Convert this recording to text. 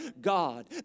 God